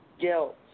Guilt